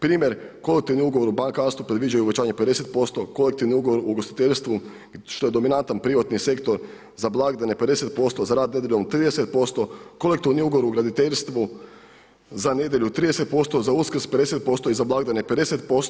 Primjer, kolektivni ugovor u bankarstvu predviđa uvećanje 50%, kolektivni ugovor u ugostiteljstvu što je dominantan privatni sektor za blagdane 50%, za rad nedjeljom 30%, kolektivni ugovor u graditeljstvu za nedjelju 30%, za Uskrs 50% i za blagdane 50%